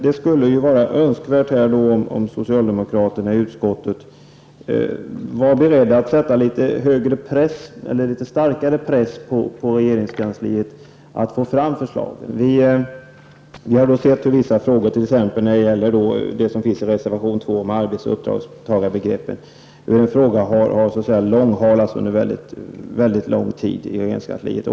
Det vore önskvärt att socialdemokraterna i utskottet satte litet starkare press på regeringskansliet när det gäller att lägga fram förslag. Vi har sett exempel på hur vissa frågor, exempelvis frågan i reservation 2 om arbetsoch uppdragstagarbegreppen, har förhalats mycket länge i regeringskansliet.